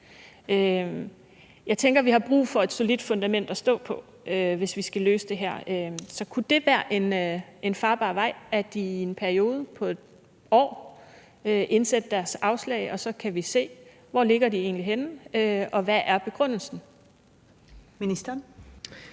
Jeg tænker, at vi har brug for et solidt fundament til at stå på, hvis vi skal løse det her. Så kunne det være en farbar vej, altså at de i en periode på et år indsendte deres afslag? Så kan vi se, hvor de egentlig ligger henne, og hvad begrundelsen er.